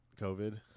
COVID